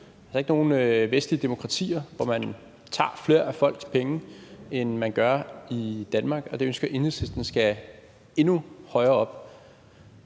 der er ikke nogen vestlige demokratier, hvor man tager flere af folks penge, end man gør i Danmark, og det ønsker Enhedslisten skal endnu højere op.